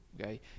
okay